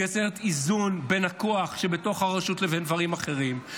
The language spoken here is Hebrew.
היא יוצרת איזון בין הכוח שבתוך הרשות לבין דברים אחרים,